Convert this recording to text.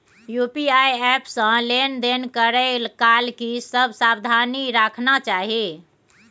UPI app से लेन देन करै काल की सब सावधानी राखना चाही?